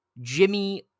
Jimmy